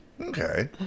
okay